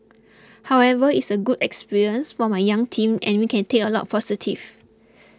however it's a good experience for my young team and we can take a lot of positives